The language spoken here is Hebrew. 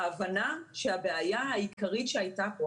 ההבנה שהבעיה העיקרית שהייתה פה,